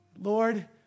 Lord